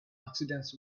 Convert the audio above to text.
accidents